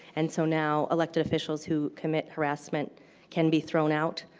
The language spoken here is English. and so now elected officials who commit harassment can be thrown out.